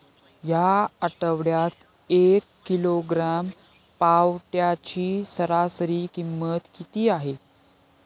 या आठवड्यात एक किलोग्रॅम पावट्याची सरासरी किंमत किती आहे?